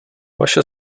vaše